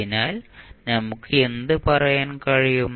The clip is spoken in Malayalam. അതിനാൽ നമുക്ക് എന്ത് പറയാൻ കഴിയും